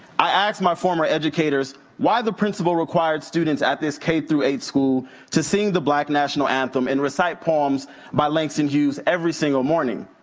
i asked my former educators why the principal required students at this k through eight school to sing the black national anthem and recite poems by langston hughes every single morning.